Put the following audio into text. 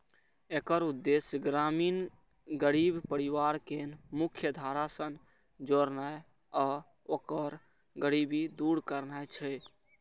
एकर उद्देश्य ग्रामीण गरीब परिवार कें मुख्यधारा सं जोड़नाय आ ओकर गरीबी दूर करनाय छै